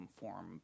form